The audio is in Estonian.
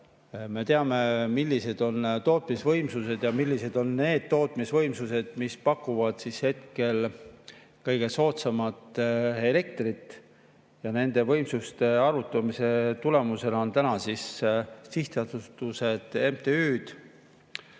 Me teame, millised on tootmisvõimsused ja millised on need tootmisvõimsused, mis pakuvad hetkel kõige soodsamat elektrit. Ja nende võimsuste arutamise tulemusena on sihtasutustel, MTÜ-del,